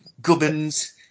gubbins